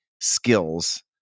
skills